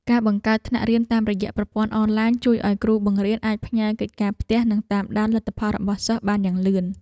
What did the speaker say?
ការបង្កើតថ្នាក់រៀនតាមរយៈប្រព័ន្ធអនឡាញជួយឱ្យគ្រូបង្រៀនអាចផ្ញើកិច្ចការផ្ទះនិងតាមដានលទ្ធផលរបស់សិស្សបានយ៉ាងលឿន។